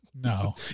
No